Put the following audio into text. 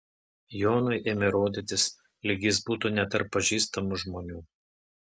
jonui ėmė rodytis lyg jis būtų ne tarp pažįstamų žmonių